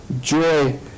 joy